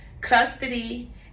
custody